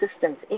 systems